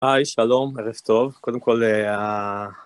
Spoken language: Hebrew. היי, שלום, ערב טוב. קודם כל, אה...